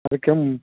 ಅದಕ್ಕೆ